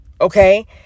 okay